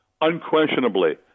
unquestionably